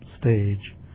stage